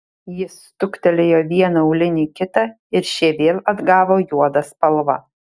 jis stuktelėjo vieną aulinį į kitą ir šie vėl atgavo juodą spalvą